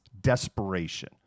desperation